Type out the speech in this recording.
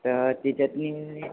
अं त्याच्यातून